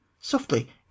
Softly